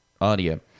audio